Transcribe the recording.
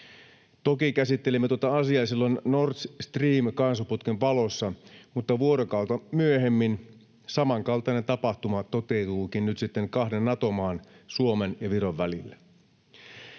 Toki käsittelimme tuota asiaa silloin Nord Stream ‑kaasuputken valossa, mutta vuorokautta myöhemmin samankaltainen tapahtuma toteutuikin nyt sitten kahden Nato-maan, Suomen ja Viron, välillä.